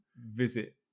visit